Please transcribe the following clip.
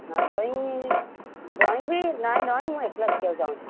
ନା drawing drawing ବି ନାଇ ନାଇଁ ମୁଁ ଏକେଲା ଶିଖିବାକୁ ଚାହୁଁଛି